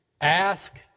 Ask